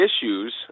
issues